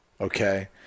Okay